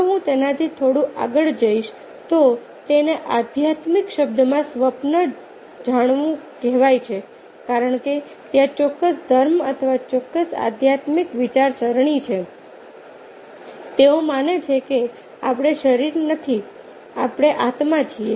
જો હું તેનાથી થોડું આગળ જઈશ તો તેને આધ્યાત્મિક શબ્દમાં સ્વને જાણવું કહેવાય છે કારણ કે ત્યાં ચોક્કસ ધર્મ અથવા ચોક્કસ આધ્યાત્મિક વિચારસરણી છે તેઓ માને છે કે આપણે શરીર નથી આપણે આત્મા છીએ